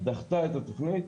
דחתה את התוכנית,